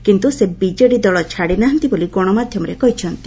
କିନ୍ତୁ ସେ ବିଜେଡି ଦଳ ଛାଡିନାହାନ୍ତି ବୋଲି ଗଣମାଧ୍ଧମରେ କହିଚ୍ଚନ୍ତି